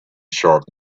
sharp